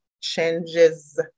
changes